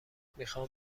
میخام